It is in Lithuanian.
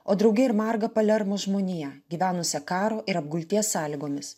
o drauge ir margą palermo žmoniją gyvenusią karo ir apgulties sąlygomis